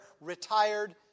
retired